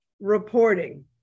reporting